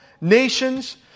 nations